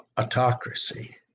autocracy